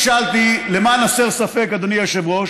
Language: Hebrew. למען הסר ספק, אדוני היושב-ראש,